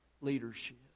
leadership